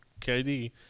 KD